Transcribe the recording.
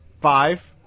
Five